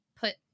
put